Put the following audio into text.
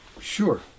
Sure